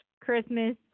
Christmas